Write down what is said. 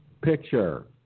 picture